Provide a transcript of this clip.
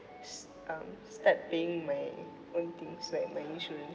s~ um start paying my own things like my insurance